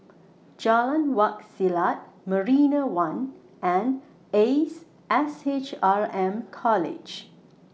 Jalan Wak Selat Marina one and Ace S H R M College